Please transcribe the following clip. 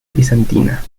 bizantina